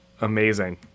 amazing